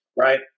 right